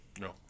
no